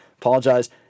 apologize